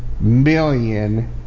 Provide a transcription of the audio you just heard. million